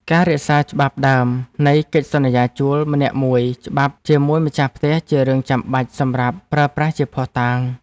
ការរក្សាច្បាប់ដើមនៃកិច្ចសន្យាជួលម្នាក់មួយច្បាប់ជាមួយម្ចាស់ផ្ទះជារឿងចាំបាច់សម្រាប់ប្រើប្រាស់ជាភស្តុតាង។